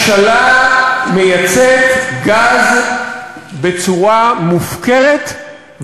הממשלה מייצאת גז בצורה מופקרת,